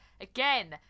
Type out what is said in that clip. again